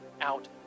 out